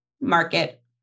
market